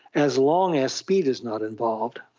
as long as speed is not involved.